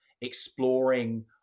exploring